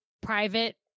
private